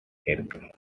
aircraft